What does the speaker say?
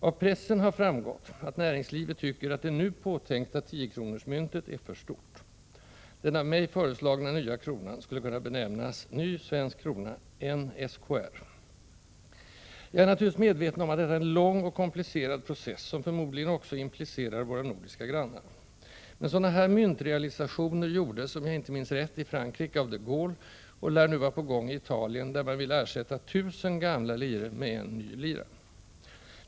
Av pressen har framgått att näringslivet tycker det nu påtänkta tiokronorsmyntet är för stort. Den av mig föreslagna nya kronan skulle kunna benämnas ny krona, NSkr. Jag är naturligtvis medveten om att detta är en lång och komplicerad process, som förmodligen också implicerar våra nordiska grannar, men sådana här myntrealisationer gjordes — om jag minns rätt — i Frankrike av de Gaulle och lär nu vara på gång i Italien, där man vill ersätta 1 000 gamla lire med en ny lira.